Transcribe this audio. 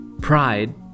pride